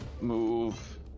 move